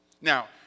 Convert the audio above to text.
Now